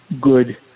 good